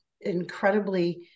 incredibly